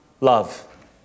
love